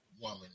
woman